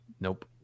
Nope